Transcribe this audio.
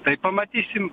tai pamatysim